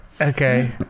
Okay